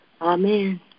Amen